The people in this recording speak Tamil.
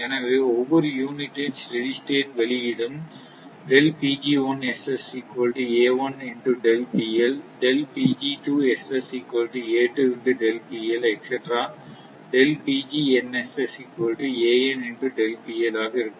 எனவே ஒவ்வொரு யூனிட்டின் ஸ்டெடி ஸ்டேட் வெளியீடும் ஆக இருக்கும்